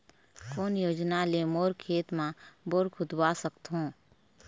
कोन योजना ले मोर खेत मा बोर खुदवा सकथों?